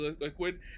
liquid